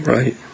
Right